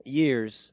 years